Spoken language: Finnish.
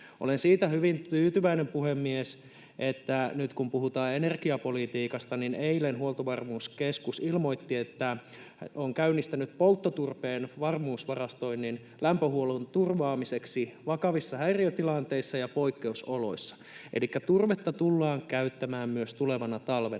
Olen siitä hyvin tyytyväinen, puhemies, että nyt kun puhutaan energiapolitiikasta, niin eilen Huoltovarmuuskeskus ilmoitti, että on käynnistänyt polttoturpeen varmuusvarastoinnin lämpöhuollon turvaamiseksi vakavissa häiriötilanteissa ja poikkeusoloissa, elikkä turvetta tullaan käyttämään myös tulevana talvena.